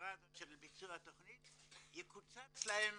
למטרה של ביצוע התכנית יקוצץ להם